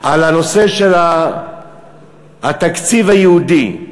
על הנושא של התקציב היהודי.